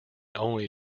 only